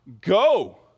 go